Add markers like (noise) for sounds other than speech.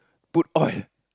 put oil (laughs)